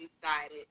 decided